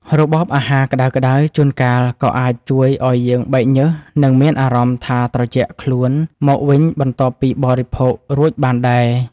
បបរគ្រឿងក្តៅៗជួនកាលក៏អាចជួយឱ្យយើងបែកញើសនិងមានអារម្មណ៍ថាត្រជាក់ខ្លួនមកវិញបន្ទាប់ពីបរិភោគរួចបានដែរ។